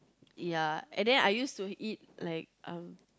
ya and then I used to eat like uh